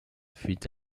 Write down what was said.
fit